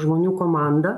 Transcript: žmonių komandą